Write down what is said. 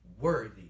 worthy